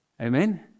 Amen